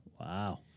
Wow